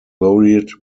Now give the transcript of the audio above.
buried